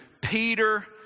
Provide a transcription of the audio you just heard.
Peter